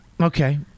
Okay